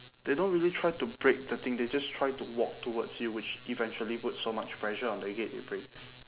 they don't really try to break the thing they just try to walk towards you which eventually puts so much pressure on the gate it breaks